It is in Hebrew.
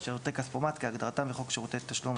"שירותי כספומט" כהגדרתם בחוק שירותי שלום,